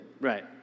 Right